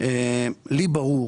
לי ברור,